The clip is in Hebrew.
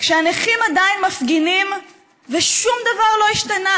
כשהנכים עדיין מפגינים ושום דבר לא השתנה?